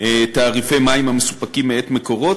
תעריפי מים המסופקים מאת "מקורות"